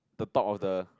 the top of the